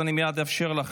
אני מייד אאפשר לך,